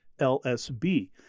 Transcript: LSB